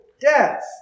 death